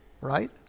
right